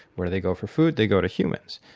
where do they go for food? they go to humans.